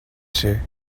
ser